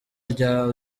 rya